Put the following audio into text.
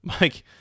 Mike